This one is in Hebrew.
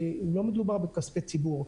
ולא מדובר בכספי ציבור.